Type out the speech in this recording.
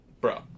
bro